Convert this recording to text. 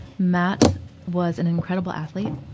matt was an incredible athlete.